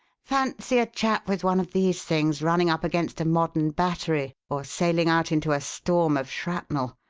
fancy a chap with one of these things running up against a modern battery or sailing out into a storm of shrapnel!